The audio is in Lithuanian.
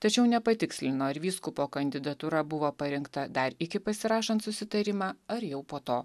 tačiau nepatikslino ar vyskupo kandidatūra buvo parinkta dar iki pasirašant susitarimą ar jau po to